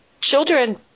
children